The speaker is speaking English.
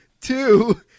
Two